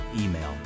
email